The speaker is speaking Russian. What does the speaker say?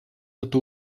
это